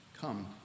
come